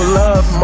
love